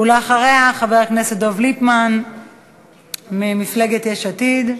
אחריה, חבר הכנסת דב ליפמן ממפלגת יש עתיד.